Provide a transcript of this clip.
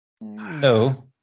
No